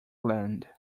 land